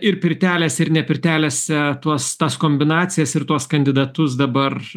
ir pirtelėse ir ne pirtelėse tuos tas kombinacijas ir tuos kandidatus dabar